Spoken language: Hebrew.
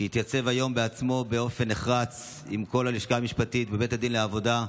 שהתייצב היום בעצמו באופן נחרץ עם כל הלשכה המשפטית בבית הדין לעבודה,